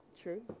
True